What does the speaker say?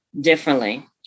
differently